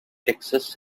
texas